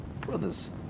brothers